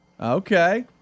Okay